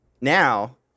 Now